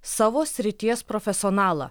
savo srities profesionalą